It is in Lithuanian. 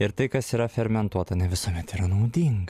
ir tai kas yra fermentuota ne visuomet yra naudinga